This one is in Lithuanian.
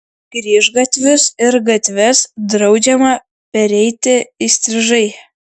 kryžgatvius ir gatves draudžiama pereiti įstrižai